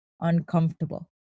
uncomfortable